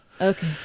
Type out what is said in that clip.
Okay